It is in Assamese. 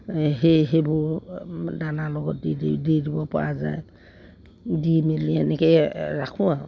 সেই সেইবোৰ দানাৰ লগত দি দি দি দিবপৰা যায় দি মেলি এনেকেই ৰাখোঁ আৰু